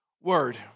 word